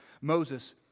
Moses